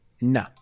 no